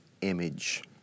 image